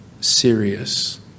serious